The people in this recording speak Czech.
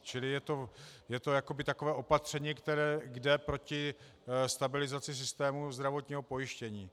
Čili je to jakoby takové opatření, které jde proti stabilizaci systému zdravotního pojištění.